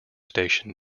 station